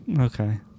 okay